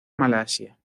malasia